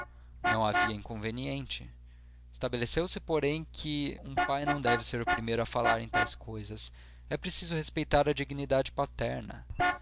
não havia inconveniente estabeleceu-se porém que um pai não deve ser o primeiro a falar em tais coisas e preciso respeitar a dignidade paterna